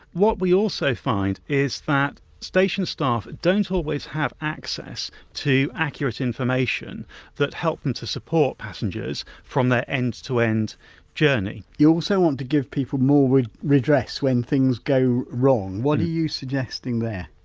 what we also find is that station staff don't always have access to accurate information that help them to support passengers from their end to end journey you also want to give people more redress when things go wrong. what are you suggesting there?